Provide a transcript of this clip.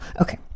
Okay